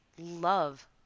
love